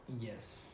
Yes